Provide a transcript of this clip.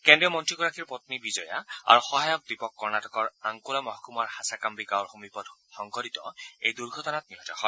কেন্দ্ৰীয় মন্ত্ৰীগৰাকীৰ পম্নী বিজয়া আৰু সহায়ক দীপক কৰ্ণাটকৰ আংকোলা মহকুমাৰ হাচাকাম্বি গাঁৱৰ সমীপত সংঘটিত এই দুৰ্ঘটনাত নিহত হয়